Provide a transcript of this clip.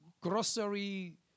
grocery